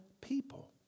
people